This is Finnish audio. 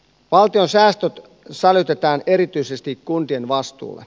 valtion säästöt sälytetään erityisesti kuntien vastuulle